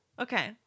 okay